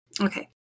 Okay